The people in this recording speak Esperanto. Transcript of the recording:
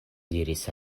diris